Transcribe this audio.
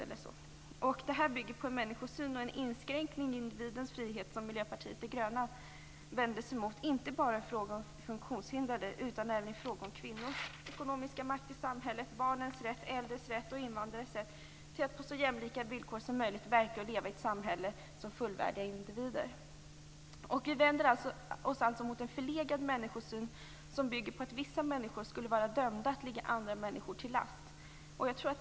Det här synsättet bygger på en människosyn och en inskränkning i individens frihet som Miljöpartiet de gröna vänder sig emot, inte bara i fråga om funktionshindrade utan även i fråga om kvinnors ekonomiska makt i samhället, barnens rätt, äldres rätt och invandrares rätt till att på så jämlika villkor som möjligt verka och leva i ett samhälle som fullvärdiga individer. Vi vänder oss alltså emot en förlegad människosyn, som bygger på att vissa människor skulle vara dömda att ligga andra människor till last.